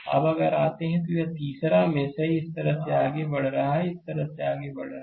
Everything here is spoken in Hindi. अब अगर आते हैं तो यह तीसरा मेष 3 इस तरह आगे बढ़ रहा है इस तरह आगे बढ़ रहा है